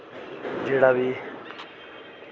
जेह्ड़ा बी